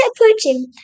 approaching